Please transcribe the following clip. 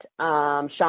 sean